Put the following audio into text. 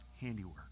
handiwork